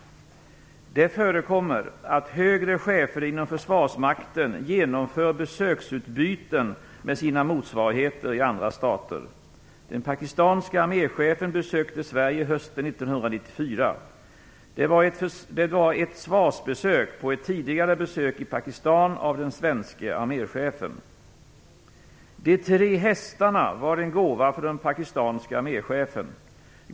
Det förekommer att högre chefer inom Försvarsmakten genomför besöksutbyten med sina motsvarigheter i andra stater. Den pakistanske arméchefen besökte Sverige hösten 1994. Det var ett svarsbesök på ett tidigare besök i Pakistan av den svenska arméchefen. De tre hästarna var en gåva från den pakistanske arméchefen.